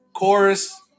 Chorus